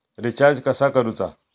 Recharge कसा करूचा?